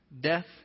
Death